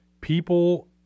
People